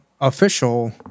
official